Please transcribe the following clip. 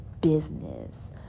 business